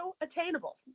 attainable